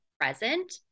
present